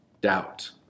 Doubt